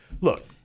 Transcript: look